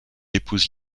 épouse